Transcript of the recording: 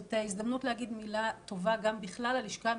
זאת הזדמנות להגיד מילה טובה גם בכלל ללשכה המשפטית.